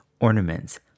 ornaments